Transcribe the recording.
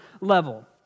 level